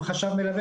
עם חוב מלווה,